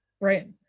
right